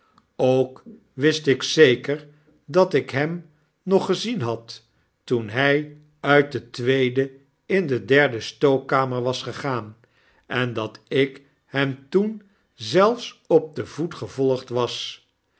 ook wist ik zeker dat ik hem nog gezien had toen hy uit de tweede in de derde stookkamer was gegaan en dat ik hem toen zelfs op den voet gevolgd was